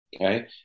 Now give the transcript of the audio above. okay